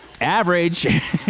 average